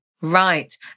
Right